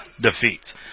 defeats